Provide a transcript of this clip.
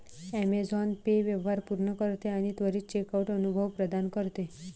Amazon Pay व्यवहार पूर्ण करते आणि त्वरित चेकआउट अनुभव प्रदान करते